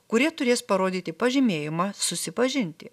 kurie turės parodyti pažymėjimą susipažinti